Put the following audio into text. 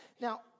now